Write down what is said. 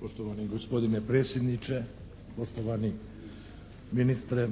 Poštovani gospodine predsjedniče, poštovani ministre!